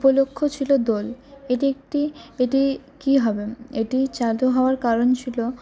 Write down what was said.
উপলক্ষ ছিল দোল এটি একটি এটি এটি চালু হওয়ার কারণ ছিল